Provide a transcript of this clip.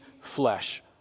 flesh